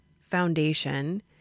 foundation